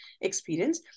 experience